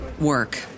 work